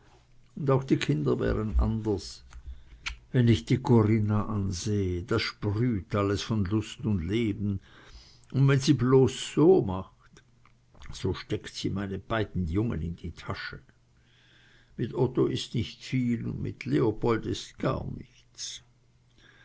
und auch die kinder wären anders wenn ich die corinna ansehe das sprüht alles von lust und leben und wenn sie bloß so macht so steckt sie meine beiden jungen in die tasche mit otto ist nicht viel und mit leopold ist gar nichts